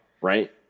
right